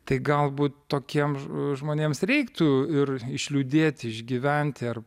tai galbūt tokiems žmonėms reiktų ir išliūdėti išgyventi ar